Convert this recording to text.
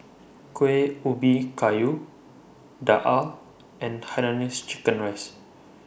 Kueh Ubi Kayu Daal and Hainanese Chicken Rice